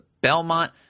Belmont